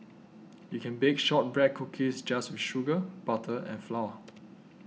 you can bake Shortbread Cookies just with sugar butter and flour